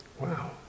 Wow